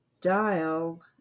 Dial